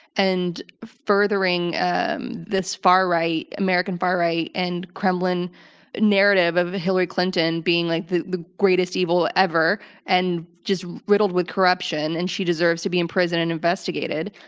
and furthering this far right, american far right and kremlin narrative of hillary clinton being like the greatest evil ever and just riddled with corruption and she deserves to be in prison and investigated.